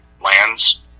lands